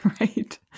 Right